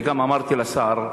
וגם אמרתי לשר,